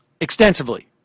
Extensively